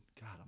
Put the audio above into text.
God